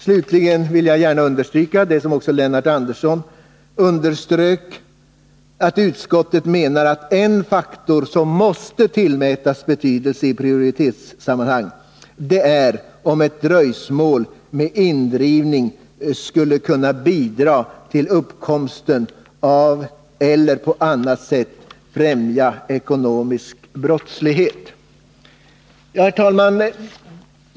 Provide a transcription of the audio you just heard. Slutligen vill jag gärna understryka — som också Lennart Andersson gjorde — att utskottet menar att en faktor som måste tillmätas betydelse i prioriteringssammanhang är om ett dröjsmål med indrivning skulle kunna bidra till uppkomsten av — eller på annat sätt främja — ekonomisk brottslighet. Herr talman!